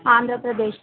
Andhra Pradesh